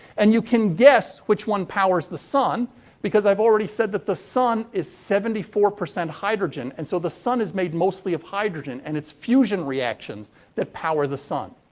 and you can guess which one powers the sun because i've already said that the sun is seventy four percent hydrogen. and, so, the sun is made mostly of hydrogen and it's fusion reactions that power the sun.